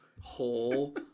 whole